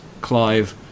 Clive